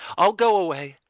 i'll go away.